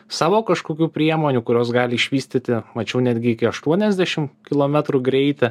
savo kažkokių priemonių kurios gali išvystyti mačiau netgi iki aštuoniasdešim kilometrų greitį